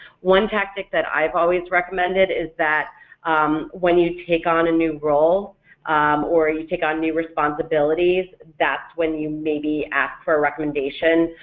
one tactic that i've always recommended is that when you take on a new role or you take on new responsibilities, that's when you maybe ask for a recommendation,